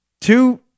two